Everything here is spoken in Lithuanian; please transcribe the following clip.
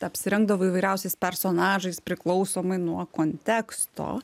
apsirengdavo įvairiausiais personažais priklausomai nuo konteksto